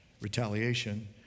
retaliation